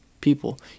people